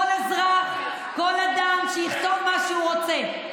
כל אזרח, כל אדם, שיכתוב מה שהוא רוצה.